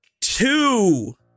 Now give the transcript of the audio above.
Two